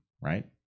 right